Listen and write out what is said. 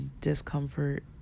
discomfort